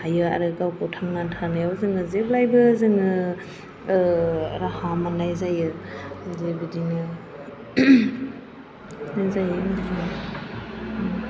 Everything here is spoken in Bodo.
हायो आरो गावखौ थांनानै थानायाव जोङो जेब्लाबो जोङो राहा मोननाय जायो बिदिनो